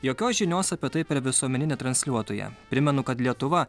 jokios žinios apie tai per visuomeninį transliuotoją primenu kad lietuva